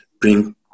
bring